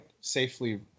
safely